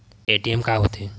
ATM का होथे?